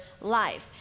life